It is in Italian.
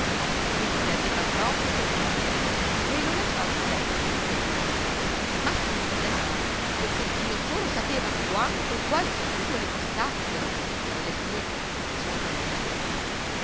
di cui si aveva proprio per male ecco e lo lasciava intendere in tutti i modi ma sì per male perché dio solo sapeva quanto e quale studio le costassero quelle sue combinazioni ideali